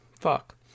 Fuck